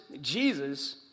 Jesus